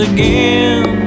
Again